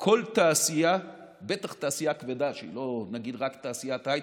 כל תעשייה, בטח תעשייה כבדה שהיא לא תעשיית הייטק,